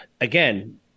again